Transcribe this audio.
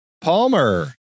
Palmer